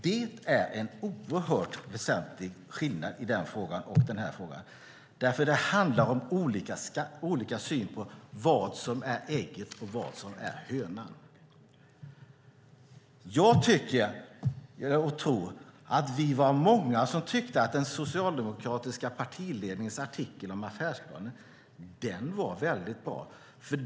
Det är en oerhört väsentlig skillnad mellan den frågan och denna, för det handlar om olika syn på vad som är ägget och vad som är hönan. Jag tror att vi var många som tyckte att den socialdemokratiska partiledningens artikel om affärsplanen var bra.